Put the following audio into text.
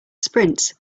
sprints